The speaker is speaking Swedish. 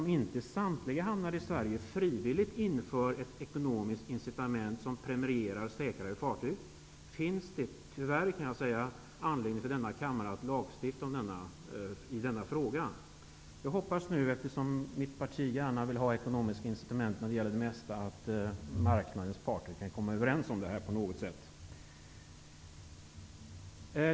Om inte samtliga hamnar i Sverige frivilligt inför ekonomiska incitament som premierar handelsfartyg, finns det -- tyvärr, kan jag säga -- anledning för denna kammare att lagstifta i denna fråga. Jag hoppas nu, eftersom mitt parti gärna vill ha ekonomiska incitament för det mesta, att marknadens parter på något sätt kan komma överens om detta.